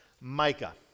Micah